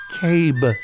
Cabe